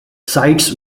sides